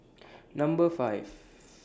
Number five